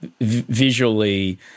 visually